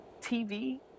TV